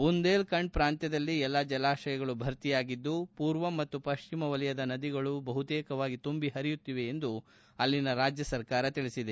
ಬುಂದೇಲ್ ಖಂಡ್ ಪ್ರಾಂತ್ಯದಲ್ಲಿ ಎಲ್ಲಾ ಜಲಾಶಯಗಳು ಭರ್ತಿಯಾಗಿದ್ದು ಪೂರ್ವ ಮತ್ತು ಪಶ್ಚಿಮ ವಲಯದ ನದಿಗಳು ಸಹ ಬಹುತೇಕವಾಗಿ ತುಂಬಿ ಹರಿಯುತ್ತಿವೆ ಎಂದು ರಾಜ್ಯ ಸರ್ಕಾರ ತಿಳಿಸಿದೆ